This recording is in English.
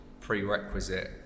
prerequisite